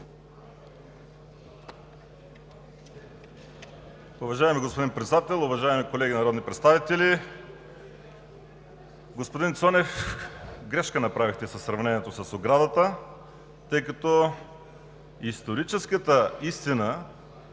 Уважаеми господин Председател, уважаеми колеги народни представители! Господин Цонев, направихте грешка със сравнението с оградата, тъй като историческата истина